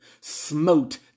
smote